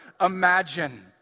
imagine